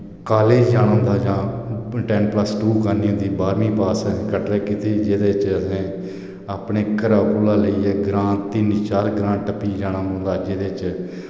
college जाना होंदा हा जां टेन प्लस टू करनी होंदी बारमी पास असें कटरै कीती जेह्दे च असें अपने घरे कोला लेइयै ग्रां तिन चार ग्रां टप्पी जाना पौंदा हा जेह्दे च